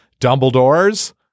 Dumbledore's